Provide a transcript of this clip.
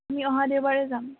আমি অহা দেওবাৰে যাম